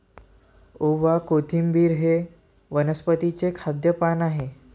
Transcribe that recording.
ओवा, कोथिंबिर हे वनस्पतीचे खाद्य पान आहे